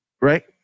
Right